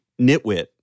nitwit